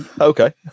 Okay